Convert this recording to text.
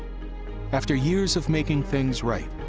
after years of making things right,